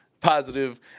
positive